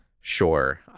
Sure